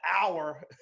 hour